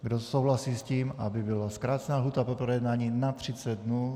Kdo souhlasí s tím, aby byla zkrácena lhůta pro projednání na 30 dnů?